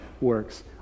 works